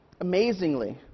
Amazingly